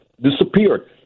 disappeared